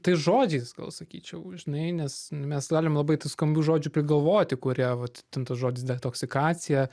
tais žodžiais gal sakyčiau žinai nes mes galim labai tų skambių žodžių prigalvoti kurie vat ten tas žodis detoksikacija